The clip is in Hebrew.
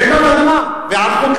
רעידת אדמה והיערכות.